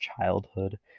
childhood